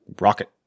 Rocket